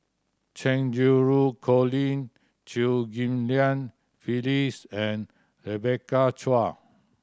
Cheng Xinru Colin Chew Ghim Lian Phyllis and Rebecca Chua